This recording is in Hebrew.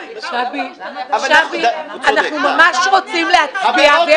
אנחנו ממש רוצים להצביע,